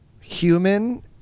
human